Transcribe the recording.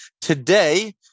today